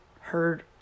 heard